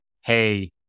hey